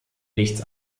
nichts